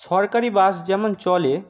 সরকারি বাস যেমন চলে